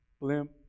blimp